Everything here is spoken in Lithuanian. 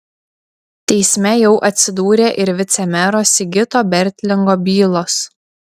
teisme jau atsidūrė ir vicemero sigito bertlingo bylos